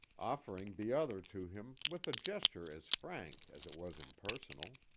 offering the other to him with a gesture as frank as it was impersonal.